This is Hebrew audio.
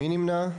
מי נמנע?